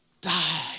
die